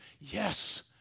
yes